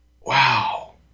wow